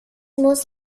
muss